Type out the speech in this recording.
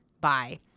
Bye